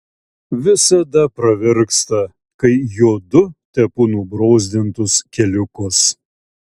visada pravirksta kai jodu tepu nubrozdintus keliukus